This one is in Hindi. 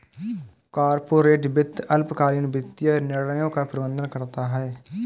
कॉर्पोरेट वित्त अल्पकालिक वित्तीय निर्णयों का प्रबंधन करता है